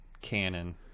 Canon